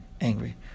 angry